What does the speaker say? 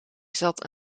zat